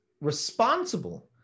responsible